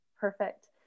Perfect